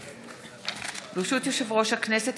ברשות יושב-ראש הכנסת,